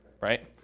right